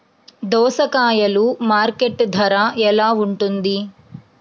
దోసకాయలు మార్కెట్ ధర ఎలా ఉంటుంది?